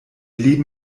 leben